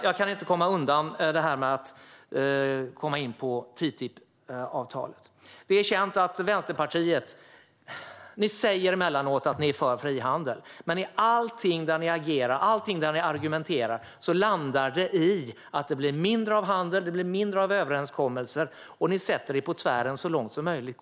Jag kan inte undvika att komma in på TTIP avtalet. Ni i Vänsterpartiet säger emellanåt att ni är för frihandel, men allt ert argumenterande och agerande landar i att det blir mindre av handel och mindre av överenskommelser. Ni sätter er på tvären så mycket som möjligt.